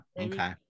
Okay